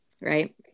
Right